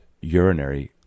urinary